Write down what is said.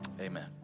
Amen